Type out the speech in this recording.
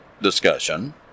discussion